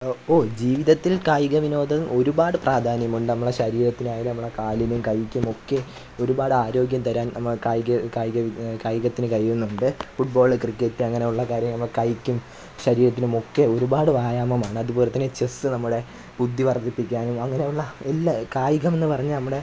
ഓ ഓ ജീവിതത്തിൽ കായിക വിനോദം ഒരുപാട് പ്രാധാന്യമുണ്ട് നമ്മളുടെ ശരീരത്തിലായാലും നമ്മളുടെ കാലിനും കൈക്കുമൊക്കെ ഒരുപാട് ആരോഗ്യം തരാൻ നമുക്ക് കായിക കായിക കായികത്തിനു കഴിയുന്നുണ്ട് ഫുട്ബോൾ ക്രിക്കറ്റ് അങ്ങനെയുള്ള കാര്യങ്ങൾ കൈക്കും ശരീരത്തിനുമൊക്കെ ഒരുപാട് വ്യായാമമാണ് അതുപോലെത്തന്നെ ചെസ്സ് നമ്മുടെ ബുദ്ധി വർദ്ധിപ്പിക്കാനും അങ്ങനെ ഉള്ള എല്ലാ കായികമെന്നു പറഞ്ഞാൽ നമ്മുടെ